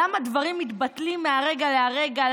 למה דברים מתבטלים מהרגע להרגע,